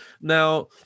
now